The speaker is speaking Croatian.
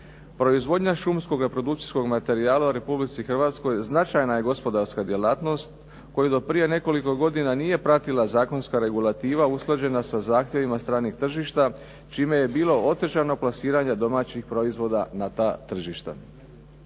Proizvodnja šumskog reprodukcijskog materijala u Republici Hrvatskoj značajna je gospodarska djelatnost koju do prije nekoliko godina nije pratila zakonska regulativa usklađena sa zahtjevima stranih tržišta, čime je bilo otežano plasiranje domaćih proizvoda na ta tržišta.